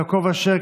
יעקב אשר,